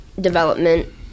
development